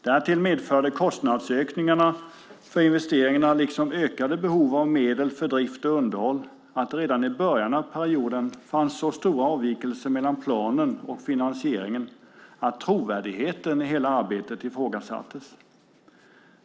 Därtill medförde kostnadsökningarna för investeringarna, liksom ökade behov av medel för drift och underhåll, att det redan i början av perioden fanns så stora avvikelser mellan planen och finansieringen att trovärdigheten i hela arbetet ifrågasattes.